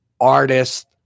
artist